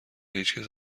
هیچکس